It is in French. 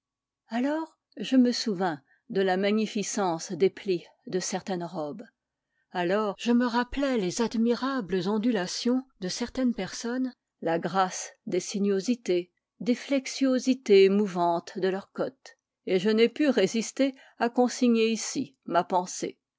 alors je me souvins de la magnificence des plis de certaines robes alors je me rappelai les admirables ondulations de certaines personnes la grâce des sinuosités des flexuosités mouvantes de leurs cottes et je n'ai pu résister à consigner ici ma pensée